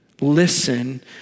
Listen